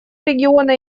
региона